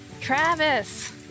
Travis